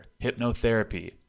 hypnotherapy